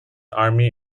army